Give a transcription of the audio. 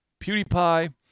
PewDiePie